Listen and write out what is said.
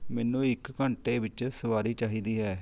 ਮੈਨੂੰ ਇੱਕ ਘੰਟੇ ਵਿੱਚ ਸਵਾਰੀ ਚਾਹੀਦੀ ਹੈ